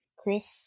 Chris